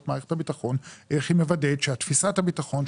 איך מערכת הביטחון מוודאת שתפיסת הביטחון,